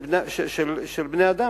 של בני-אדם,